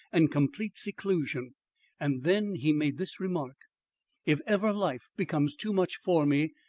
and complete seclusion and then he made this remark if ever life becomes too much for me,